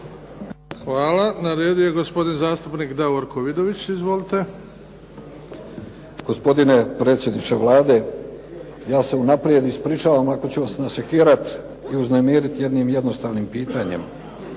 Hvala. Na redu je gospodin Davorko Vidović. Izvolite. **Vidović, Davorko (SDP)** Gospodine predsjedniče Vlade, ja se unaprijed ispričavam ako ću vas nasekirati i uznemiriti jednim jednostavnim pitanjem.